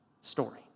story